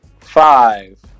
Five